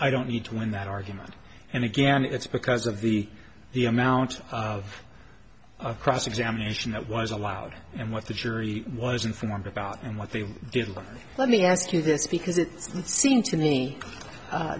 i don't need to win that argument and again it's because of the the amount of cross examination that was allowed and what the jury was informed about and what they didn't let me ask you this because it seemed to me